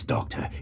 Doctor